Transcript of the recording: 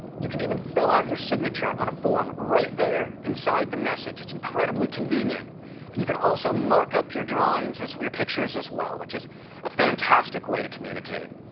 you can even fill out your signature on a form right there inside the message. it's incredibly convenient and you can also mark up your drawings as with your pictures as well which is a fantastic way to communicate.